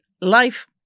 life